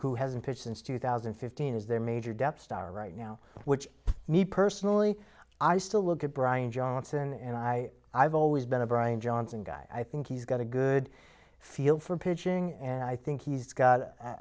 who has a pitch since two thousand and fifteen as their major death star right now which me personally i still look at brian johnson and i i've always been a brian johnson guy i think he's got a good feel for pitching and i think he's got a